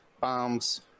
bombs